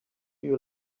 you